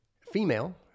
female